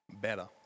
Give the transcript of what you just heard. better